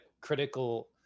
critical